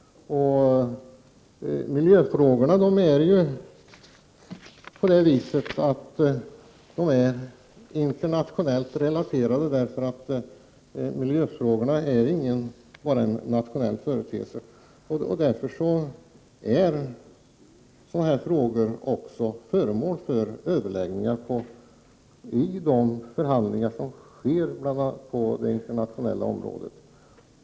Miljöfrågorna är internationellt relaterade, för de är ju inte enbart en nationell företeelse. Därför är sådana här frågor föremål för överläggning i de förhandlingar som sker på det internationella området.